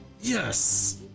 Yes